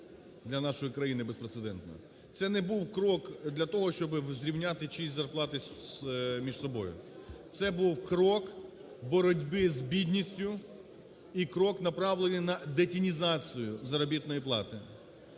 для нашої країни безпрецедентно. Це не був крок для того, щоб зрівняти чиїсь зарплати між собою, це був крок боротьби з бідністю і крок направлений на детінізацію заробітної плати.